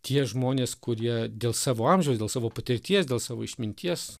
tie žmonės kurie dėl savo amžiaus dėl savo patirties dėl savo išminties